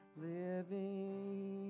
living